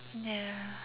ya